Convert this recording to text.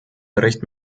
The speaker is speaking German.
bericht